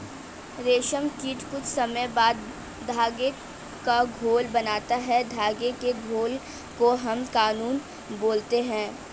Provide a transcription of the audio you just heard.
रेशम कीट कुछ समय बाद धागे का घोल बनाता है धागे के घोल को हम कोकून बोलते हैं